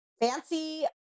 Fancy